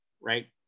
right